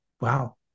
Wow